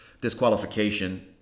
disqualification